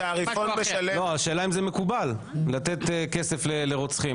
לא, השאלה אם זה מקובל, לתת כסף לרוצחים.